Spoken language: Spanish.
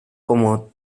como